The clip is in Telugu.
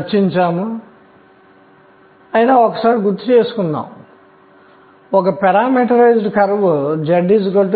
కాబట్టి ఏమి జరుగుతుందో చూద్దాం ఈ పరమాణువును